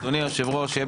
אדוני היושב ראש שיהיה